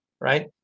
right